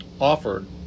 offered